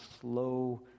slow